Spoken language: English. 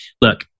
Look